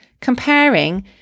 comparing